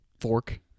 fork